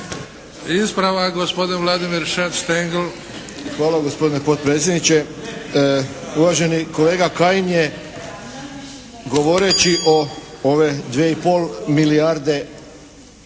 **Štengl, Vladimir (HDZ)** Hvala gospodine potpredsjedniče. Uvaženi kolega Kajin je govoreći o ove 2 i pol milijarde